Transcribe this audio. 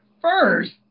first